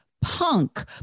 punk